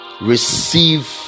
receive